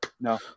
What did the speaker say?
No